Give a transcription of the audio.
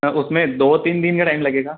हाँ उसमें दो तीन दिन का टाइम लगेगा